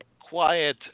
quiet